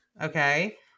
Okay